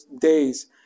days